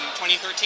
2013